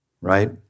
right